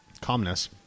calmness